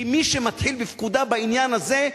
כי מי שמתחיל בפקודה בעניין הזה,